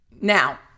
now